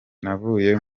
navuye